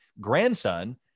grandson